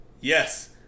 yes